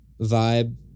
vibe